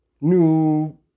New